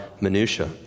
minutiae